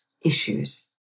issues